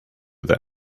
them